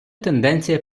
тенденція